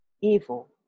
evil